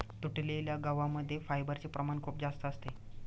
तुटलेल्या गव्हा मध्ये फायबरचे प्रमाण खूप जास्त असते